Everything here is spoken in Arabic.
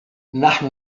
نحن